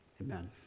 amen